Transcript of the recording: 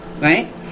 right